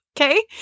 Okay